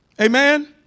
amen